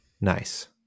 nice